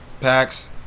Packs